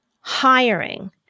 hiring